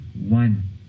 one